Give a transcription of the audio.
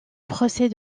procès